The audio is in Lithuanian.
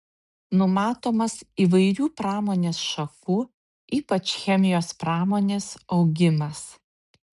numatomas įvairių pramonės šakų ypač chemijos pramonės augimas